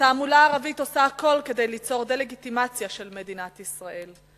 התעמולה הערבית עושה הכול כדי ליצור דה-לגיטימציה של מדינת ישראל.